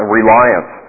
reliance